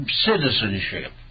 citizenship